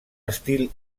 estil